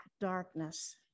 darkness